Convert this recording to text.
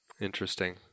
Interesting